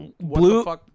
blue